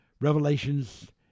Revelations